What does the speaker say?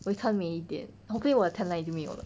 我会穿美一点 hopefully 我 tan line 已经没有了